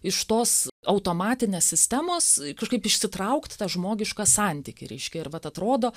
iš tos automatinės sistemos kažkaip išsitraukt tą žmogišką santykį reiškia ir vat atrodo